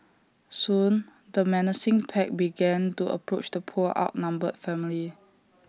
soon the menacing pack began to approach the poor outnumbered family